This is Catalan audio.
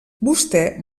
vostè